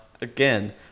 again